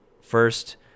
first